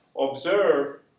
observe